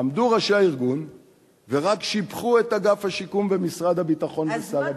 עמדו ראשי הארגון ורק שיבחו את אגף השיקום ומשרד הביטחון ושר הביטחון.